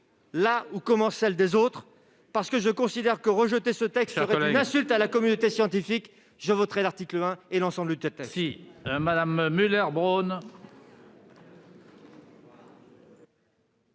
là où commence celle des autres, parce que je considère que rejeter ce texte serait une insulte à la communauté scientifique, je voterai l'article 1 et l'ensemble du projet